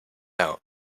out